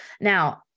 Now